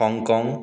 Hong Kong